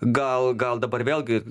gal gal dabar vėlgi